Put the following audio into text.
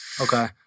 Okay